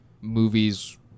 movies